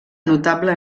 notable